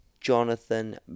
Jonathan